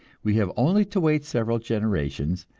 we have only to wait several generations,